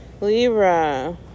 Libra